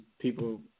people